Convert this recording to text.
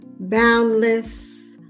boundless